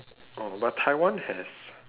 oh but taiwan has